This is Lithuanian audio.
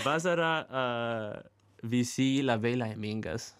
vasarą visi labai laimingas